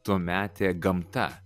tuometė gamta